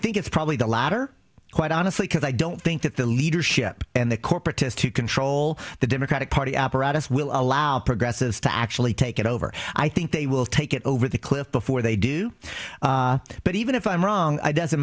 think it's probably the latter quite honestly because i don't think that the leadership and the corporatist who control the democratic party apparatus will allow progresses to actually take it over i think they will take it over the cliff before they do but even if i'm wrong i doesn't